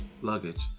luggage